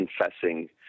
confessing